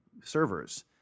servers